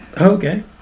Okay